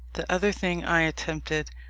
the other thing i attempted,